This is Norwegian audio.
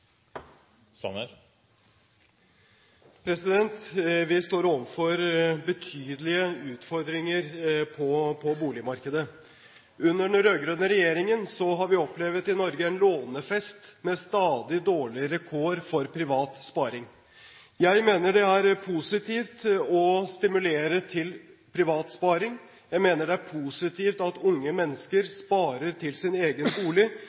omme. Vi står overfor betydelige utfordringer på boligmarkedet. Under den rød-grønne regjeringen har vi i Norge opplevd en lånefest med stadig dårligere kår for privat sparing. Jeg mener det er positivt å stimulere til privat sparing, jeg mener det er positivt at unge mennesker sparer til sin egen bolig,